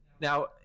Now